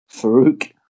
Farouk